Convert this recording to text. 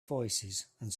voicesand